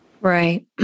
Right